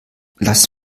lass